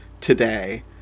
today